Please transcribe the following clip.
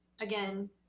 Again